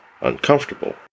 uncomfortable